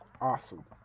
Awesome